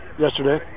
yesterday